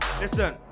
listen